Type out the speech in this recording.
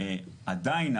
עדיין,